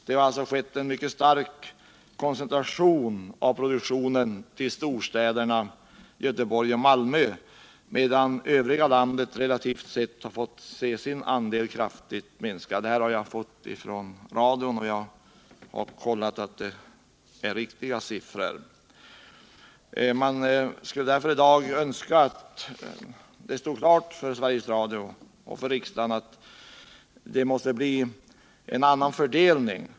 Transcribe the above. Det har alltså skett en mycket stark koncentration av produktionen till storstäderna Göteborg och Malmö, medan det övriga landet relativt sett har fått se sin andel kraftigt minskad. Dessa uppgifter har jag fått från Sveriges Radio, och jag har kollat att det är riktiga siffror. Man skulle därför i dag önska att det stod klart för Sveriges Radio och för riksdagen att det måste bli en annan fördelning.